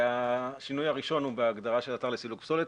השינוי הראשון הוא בהגדרה של אתר לסילוק פסולת.